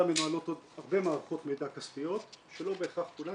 מנוהלות עוד הרבה מערכות מידע כספיות שלא בהכרח כולן